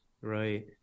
right